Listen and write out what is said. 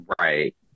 Right